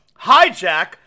Hijack